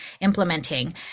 implementing